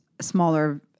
smaller